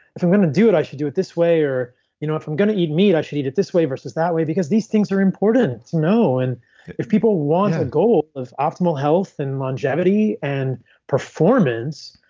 if i'm going to do it, i should do it this way. you know if i'm going to eat meat, i should eat it this way versus that way. because these things are important to know. and if people want a goal of optimal health and longevity and performance,